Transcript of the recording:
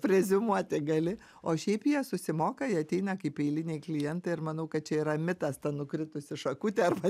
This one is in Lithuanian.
preziumuoti gali o šiaip jie susimoka jie ateina kaip eiliniai klientai ir manau kad čia yra mitas ta nukritusi šakutė arba